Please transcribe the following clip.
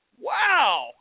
Wow